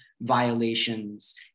violations